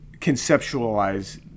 conceptualize